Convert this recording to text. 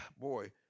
boy